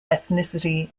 ethnicity